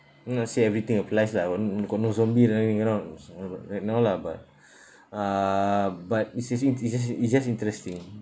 not say everything applies lah got n~ got no zombie and everything and all right now lah but uh but it's it's in~ it's just it's just interesting